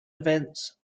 events